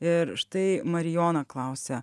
ir štai marijona klausia